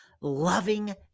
loving